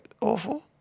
awful